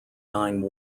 nine